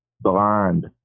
Blonde